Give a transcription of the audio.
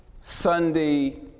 Sunday